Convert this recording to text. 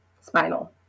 spinal